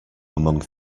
among